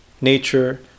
nature